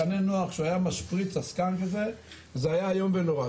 מחנה נוער שהוא היה משפריץ ה-skunk הזה זה היה איום ונורא.